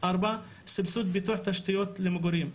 נקודה רביעית, סבסוד פיתוח תשתיות למגורים.